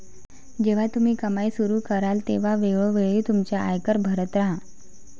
जेव्हा तुम्ही कमाई सुरू कराल तेव्हा वेळोवेळी तुमचा आयकर भरत राहा